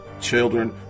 children